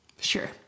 Sure